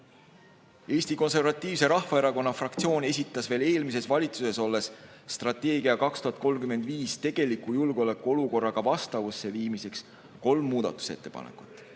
Eesti Konservatiivse Rahvaerakonna fraktsioon esitas veel eelmises valitsuses olles strateegia "Eesti 2035" tegeliku julgeolekuolukorraga vastavusse viimiseks kolm muudatusettepanekut.